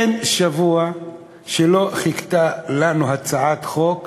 אין שבוע שלא חיכתה לנו הצעת חוק